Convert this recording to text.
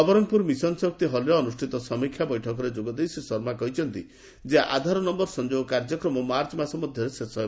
ନବରଙ୍ଗପୁର ମିଶନଶକ୍ତି ହଲ୍ରେ ଅନୁଷ୍ଠିତ ସମୀକ୍ଷା ବୈଠକରେ ଯୋଗଦେଇ ଶ୍ରୀ ଶର୍ମା କହିଛନ୍ତି ଯେ ଆଧାର ନମ୍ୟର ସଂଯୋଗ କାର୍ଯ୍ୟକ୍ରମ ମାର୍ଚ୍ଚ ମାସ ମଧ୍ଧରେ ଶେଷ ହେବ